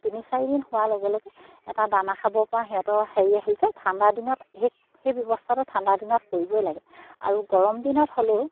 তিনি চাৰিদিন হোৱাৰ লগে লগে এটা দানা খাব পৰা সিহঁতৰ হেৰি আহি যায় ঠাণ্ডা দিনত সেই সেই ব্যৱস্থাটো ঠাণ্ডা দিনত কৰিবই লাগে আৰু গৰম দিনত হ'লেও